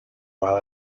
while